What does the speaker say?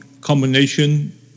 combination